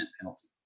penalty